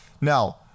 Now